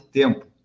tempo